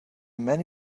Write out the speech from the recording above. many